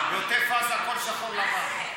בעוטף עזה הכול שחור-לבן,